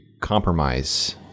compromise